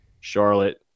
Charlotte